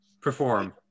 Perform